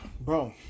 bro